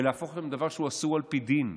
להפוך אותם לדבר אסור על פי דין.